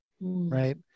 right